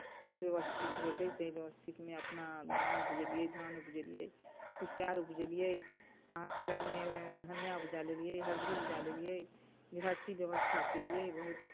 कोन व्यवस्थीक हेतै ताहि व्यवस्थीकमे अपना गहूँम उपजेलियै धान उपजेलियै कुसियार उपजेलियै अहाँके लगमे धनिया उपजा लेलियै हरदि उपजा लेलियै गृहस्थी व्यवस्था केलियै बहुत